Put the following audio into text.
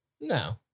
No